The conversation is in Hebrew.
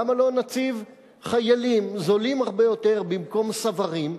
למה לא נציב חיילים זולים הרבה יותר במקום סוורים?